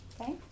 okay